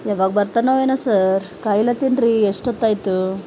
ಯಾವಾಗ ಬರ್ತಾನೋ ಏನೋ ಸರ್ ಕಾಯ್ಲತ್ತೀನ್ರೀ ಎಷ್ಟು ಹೊತ್ತಾಯಿತು